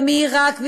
ומעיראק,